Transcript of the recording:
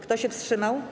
Kto się wstrzymał?